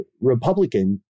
Republican